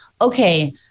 okay